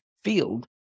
field